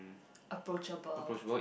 approachable